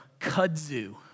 kudzu